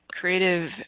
creative